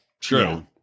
true